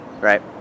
right